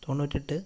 തൊണ്ണൂറ്റിയെട്ട്